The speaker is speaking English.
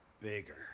bigger